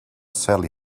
sally